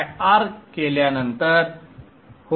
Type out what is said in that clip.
cir केल्यानंतर होय